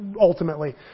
ultimately